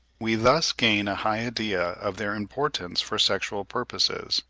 we thus gain a high idea of their importance for sexual purposes,